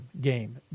game